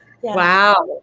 Wow